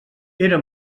era